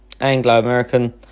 Anglo-American